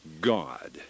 God